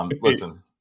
Listen